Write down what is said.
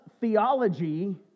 theology